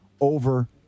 over